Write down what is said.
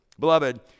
Beloved